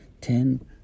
Ten